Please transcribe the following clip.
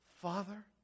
father